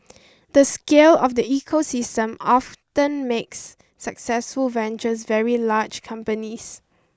the scale of the ecosystem often makes successful ventures very large companies